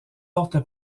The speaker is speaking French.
porte